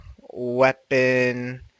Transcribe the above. weapon